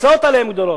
ההוצאות עליהם גדולות,